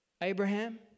Abraham